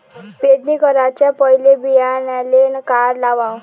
पेरणी कराच्या पयले बियान्याले का लावाव?